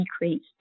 decreased